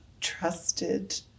trusted